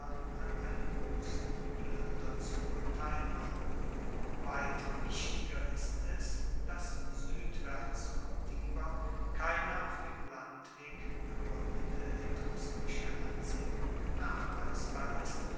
an einem grossen pluenderzuge teilnahmen weit wichtiger ist es dass suedwaerts vom tiber keine auf dem landweg gegruendete etruskische ansiedlung nachweisbar ist